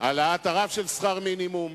העלאת הרף של שכר מינימום.